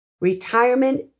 retirement